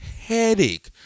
headache